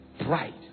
pride